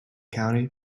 county